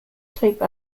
type